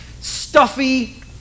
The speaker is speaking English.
stuffy